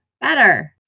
better